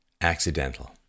accidental